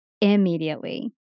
immediately